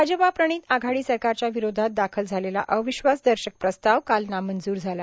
भाजपा प्रणित आघाडी सरकारच्या विरोघात दाखल झालेला अविश्वास दर्शक प्रस्ताव काल नामंजूर झाला